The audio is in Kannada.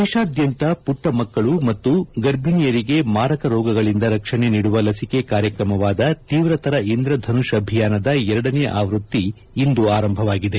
ದೇತಾದ್ಯಂತ ಪುಟ್ಟಮಕ್ಕಳು ಮತ್ತು ಗರ್ಭಿಯಣಿಯರಿಗೆ ಮಾರಕ ರೋಗಗಳಿಂದ ರಕ್ಷಣೆ ನೀಡುವ ಲಚಿಕೆ ಕಾರ್ಯಕ್ರಮವಾದ ತೀವ್ರತರ ಇಂದ್ರಧನುಷ್ ಅಭಿಯಾನದ ಎರಡನೆಯ ಆವೃತ್ತಿ ಇಂದು ಆರಂಭವಾಗಿದೆ